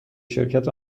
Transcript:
شرکت